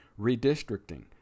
redistricting